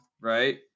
Right